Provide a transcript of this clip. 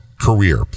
career